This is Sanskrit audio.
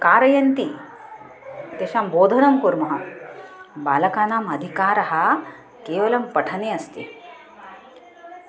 कारयन्ति तेषां बोधनं कुर्मः बालकानाम् अधिकारः केवलं पठने अस्ति